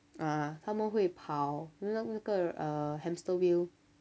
ah 他们会跑那那个 uh hamster wheel